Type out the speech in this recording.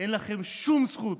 אין לכם שום זכות,